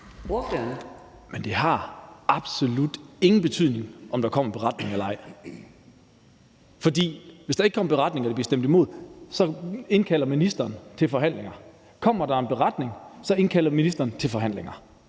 Men det har absolut ingen betydning, om der kommer en beretning eller ej. For hvis der ikke kommer en beretning og der bliver stemt imod, indkalder ministeren til forhandlinger. Kommer der en beretning, indkalder for ministeren til forhandlinger.